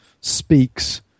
speaks